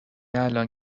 الان